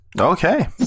Okay